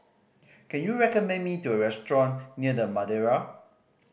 can you recommend me the restaurant near The Madeira